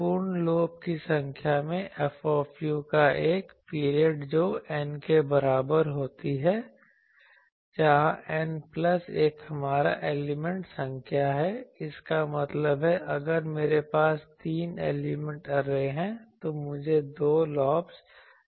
पूर्ण लोब की संख्या में F का एक पीरियड जो N के बराबर होती है जहां N प्लस 1 हमारा एलिमेंट संख्या है इसका मतलब है अगर मेरे पास तीन एलिमेंट ऐरे हैं तो मुझे दो लॉब्स चाहिए